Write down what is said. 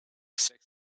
sex